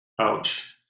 Ouch